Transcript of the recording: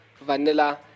vanilla